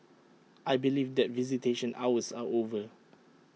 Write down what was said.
I believe that visitation hours are over